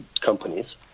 companies